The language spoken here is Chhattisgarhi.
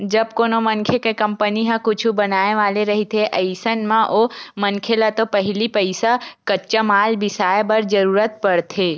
जब कोनो मनखे के कंपनी ह कुछु बनाय वाले रहिथे अइसन म ओ मनखे ल तो पहिली पइसा कच्चा माल बिसाय बर जरुरत पड़थे